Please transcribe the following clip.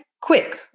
quick